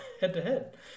head-to-head